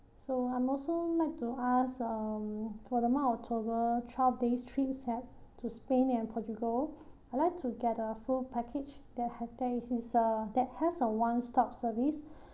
so I'm also like to ask um for the month of october twelve days trip to spain and portugal I'd like to get a full package that had that is uh that has a one stop service